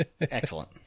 Excellent